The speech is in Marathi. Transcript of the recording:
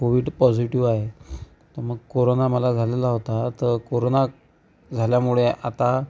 कोव्हीड पॉजिटीव्ह आहे तर मग कोरोना मला झालेला होता तर कोरोना झाल्यामुळे आता